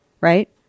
Right